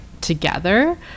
together